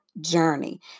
journey